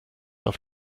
auf